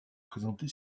présentée